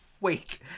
Wait